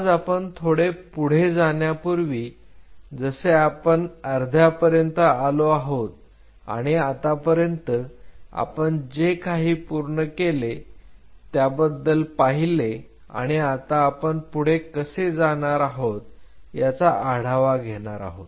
आज आपण थोडे पुढे जाण्यापूर्वी जसे आपण अर्ध्या पर्यंत आलो आहोत आणि आतापर्यंत आपण जे काही पूर्ण केले त्याबद्दल पाहिले आणि आता आपण पुढे कसे जाणार आहोत याचा आढावा घेणार आहोत